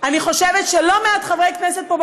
אני חושבת שלא מעט חברי כנסת פה,